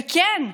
וכן,